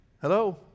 hello